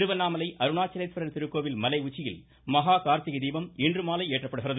திருவண்ணாமலை அருணாச்சலேஸ்வரர் திருக்கோவில் மலை உச்சியில் மகா கார்த்திகை தீபம் இன்றுமாலை ஏற்றப்படுகிறது